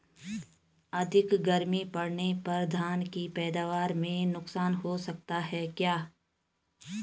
अधिक गर्मी पड़ने पर धान की पैदावार में नुकसान हो सकता है क्या?